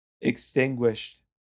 extinguished